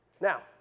Now